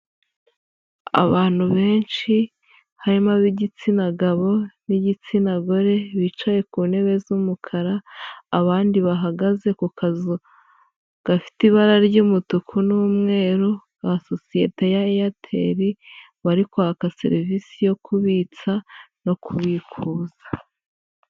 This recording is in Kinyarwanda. Abantu benshi harimo ab'igitsina gabo n'igitsina gore bicaye ku ntebe z'umukara, abandi bahagaze ku kazu gafite ibara ry'umutuku n'umweru ka sosiyete ya Airtel, bari kwaka serivisi yo kubitsa no kubikuza.